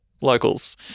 locals